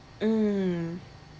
mm